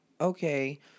okay